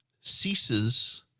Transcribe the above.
ceases